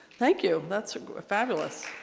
thank you that's fabulous.